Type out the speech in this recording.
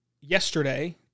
yesterday